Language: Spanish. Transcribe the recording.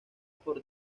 por